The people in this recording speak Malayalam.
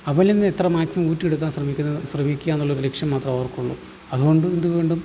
അവരിൽ നിന്ന് എത്ര മാക്സിമം ഊറ്റി എടുക്കാൻ ശ്രമിക്കുക ശ്രമിക്കുക എന്നൊരു ലക്ഷ്യം മാത്രമേ അവർക്കുള്ളു അതുകൊണ്ട് ഇത് വീണ്ടും